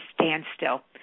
standstill